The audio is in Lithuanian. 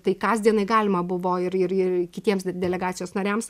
tai kasdienai galima buvo ir ir ir kitiems delegacijos nariams